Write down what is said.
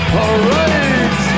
alright